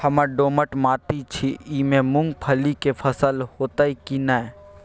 हमर दोमट माटी छी ई में मूंगफली के फसल होतय की नय?